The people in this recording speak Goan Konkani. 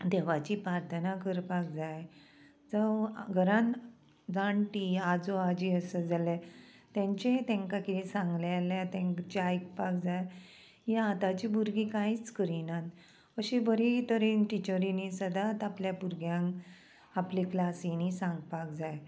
देवाची प्रार्थना करपाक जाय जावं घरान जाणटी आजो आजी आसत जाल्यार तेंचे तेंकां किदें सांगलें जाल्यार तेंचें आयकपाक जाय ही आतांची भुरगीं कांयच करिनात अशें बरें तरेन टिचरींनी सदांच आपल्या भुरग्यांक आपले क्लासीनी सांगपाक जाय